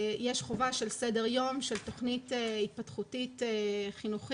יש חובה של סדר יום, של תוכנית התפתחותית חינוכית